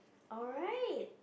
alright